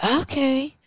Okay